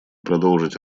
продолжить